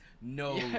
no